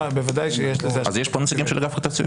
ודאי שיש לזה --- אז יש פה נציגים של אגף התקציבים?